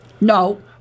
No